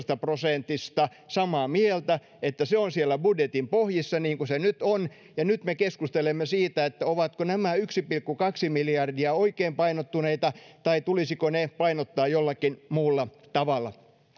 yhdeksästäkymmenestäkahdeksasta prosentista samaa mieltä että se on siellä budjetin pohjissa niin kuin se nyt on ja nyt me keskustelemme siitä ovatko nämä yksi pilkku kaksi miljardia oikein painottuneita tai tulisiko ne painottaa jollakin muulla tavalla